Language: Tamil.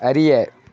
அறிய